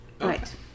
right